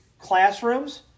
classrooms